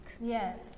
Yes